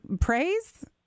Praise